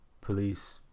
police